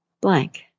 blank